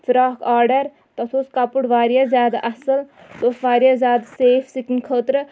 frock order تَتھ اوس کَپُر واریاہ زیادٕ اَصٕل سُہ اوس واریاہ زیادٕ سیف سِکِن خٲطرٕ